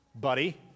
buddy